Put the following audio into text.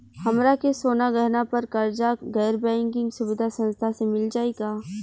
हमरा के सोना गहना पर कर्जा गैर बैंकिंग सुविधा संस्था से मिल जाई का?